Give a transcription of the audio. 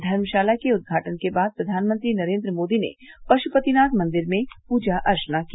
धर्मशाला के उदघाटन के बाद प्रधानमंत्री नरेंद्र मोदी ने पशुपतिनाथ मंदिर में पूजा अर्चना की